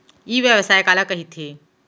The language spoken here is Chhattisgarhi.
ई व्यवसाय काला कहिथे?